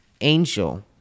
angel